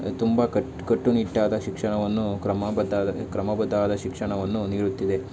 ತುಂಬ ಕಟ್ಟು ಕಟ್ಟುನಿಟ್ಟಾದ ಶಿಕ್ಷಣವನ್ನು ಕ್ರಮಬದ್ದಾದ ಕ್ರಮಬದ್ಧವಾದ ಶಿಕ್ಷಣವನ್ನು ನೀಡುತ್ತಿದೆ